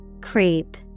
Creep